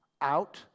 out